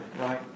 right